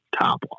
top